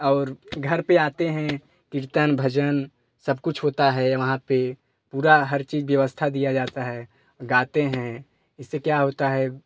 और घर पे आते हैं कीर्तन भजन सब कुछ होता है वहाँ पे पूरा हर चीज़ व्यवस्था दिया जाता है गाते हैं इससे क्या होता है